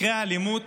מקרי האלימות